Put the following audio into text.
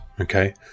Okay